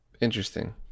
Interesting